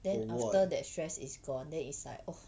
then after that stress is gone then it's like oh